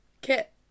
kit